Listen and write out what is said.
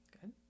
good